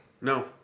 No